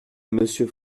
monsieur